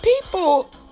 people